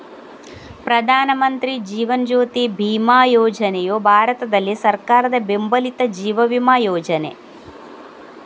ಪ್ರಧಾನ ಮಂತ್ರಿ ಜೀವನ್ ಜ್ಯೋತಿ ಬಿಮಾ ಯೋಜನೆಯು ಭಾರತದಲ್ಲಿ ಸರ್ಕಾರದ ಬೆಂಬಲಿತ ಜೀವ ವಿಮಾ ಯೋಜನೆ